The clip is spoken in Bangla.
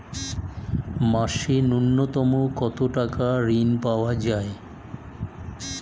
মাসে নূন্যতম কত টাকা ঋণ পাওয়া য়ায়?